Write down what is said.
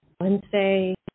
Wednesday